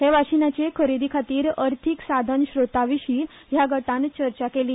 हे वाशिनाचे खरेदी खातीर अर्थिक साधन श्रोताविशी ह्या गटान चर्चा केली